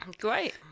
great